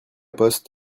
poste